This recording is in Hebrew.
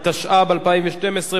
התשע"ב 2012,